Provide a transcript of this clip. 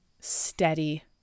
steady